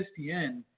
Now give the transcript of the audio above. ESPN